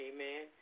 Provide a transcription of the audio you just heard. Amen